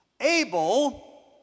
Abel